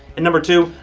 and number two,